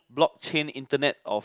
block chain internet of